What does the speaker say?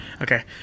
Okay